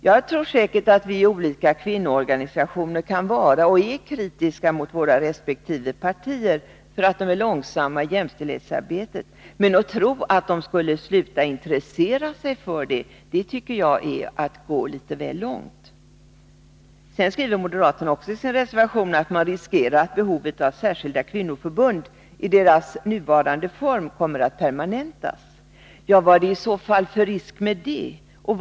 Jag tror säkert att vi i olika kvinnoorganisationer kan vara och är kritiska mot våra resp. partier för att de är långsamma i jämställdhetsarbetet, men att tro de skulle sluta intressera sig för det, det tycker jag är att gå litet väl långt. Sedan skriver moderaterna i sin reservation att man riskerar att behovet av särskilda kvinnoförbund i deras nuvarande form kommer att permanentas. Vad är det i så fall för risk med detta?